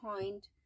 point